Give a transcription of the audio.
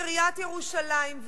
בעיריית ירושלים.